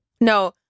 No